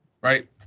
Right